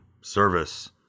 service